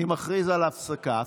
אני מכריז על הפסקה.